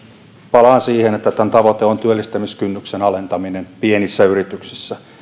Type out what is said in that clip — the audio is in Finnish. palaan siihen että tämän tavoite on työllistämiskynnyksen alentaminen pienissä yrityksissä